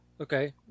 okay